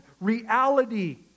reality